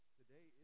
today